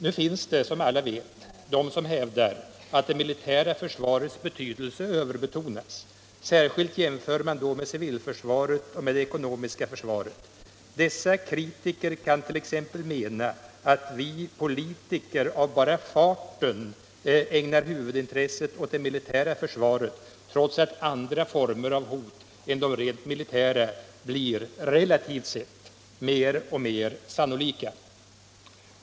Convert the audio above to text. Nu finns det, som alla vet, de som hävdar att det militära försvarets betydelse överbetonas. Särskilt jämför man då med civilförsvaret och med det ekonomiska försvaret. Dessa kritiker kan t.ex. mena att vi politiker av bara farten ägnar huvudintresset åt det militära försvaret, trots att andra former av hot än de rent militära blir relativt sett mer och mer sannolika.